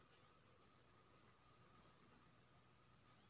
खेती लेल पाय भेटितौ ताहि लेल आवेदन करय पड़तौ